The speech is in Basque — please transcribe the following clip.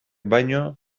baino